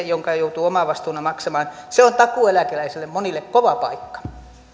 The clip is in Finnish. jonka joutuu maksamaan vuoden alusta on monelle takuueläkeläiselle kova paikka